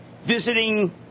visiting